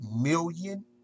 million